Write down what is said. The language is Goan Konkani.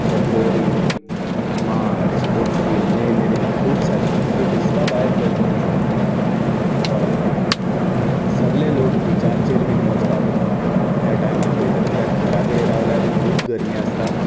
फेब्रुवरी मार्च एप्रील मे खूब सारकी खूब हिस्पा भायर गर्मी आसता गोंयांत सगळे लोक बिचांचेर बीन वचपाक त्या टायमार पळयता कित्याक घरा कडेन रावल्यार खूब गर्मी आसता